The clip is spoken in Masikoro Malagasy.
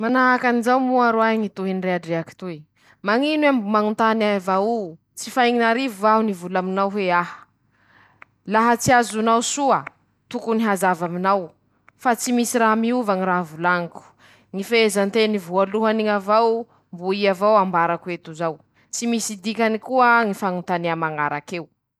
Manahaky anizao moa ñy tohiny ñy rehadrehaky toy :-"Tiaronao va ñy fialan-tsasatsy, ninofinofisin-tsik'eñe ;nañontany tena aho eto, vasa mbo hisy avao ñy fotoa, hañatanteraha azy".